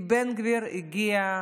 בן גביר הגיע,